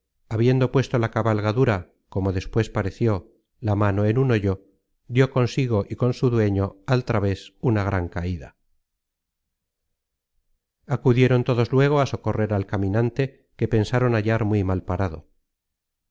habiendo puesto la cabalgadura como despues pareció la mano en un hoyo dió consigo y con su dueño al traves una gran caida acudieron todos luego á socorrer al caminante que pensaron hallar muy mal parado